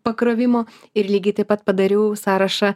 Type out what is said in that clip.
pakrovimo ir lygiai taip pat padariau sąrašą